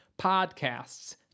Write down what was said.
podcasts